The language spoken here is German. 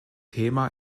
thema